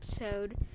episode